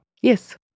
Yes